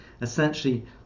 essentially